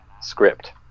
script